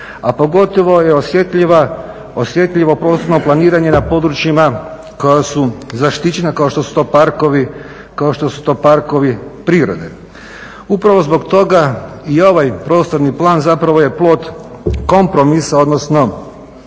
a pogotovo je osjetljivo prostorno planiranje na područjima koja su zaštićena kao što su to parkovi prirode. Upravo zbog toga i ovaj prostorni plan zapravo je plod kompromisa, odnosno